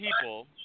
people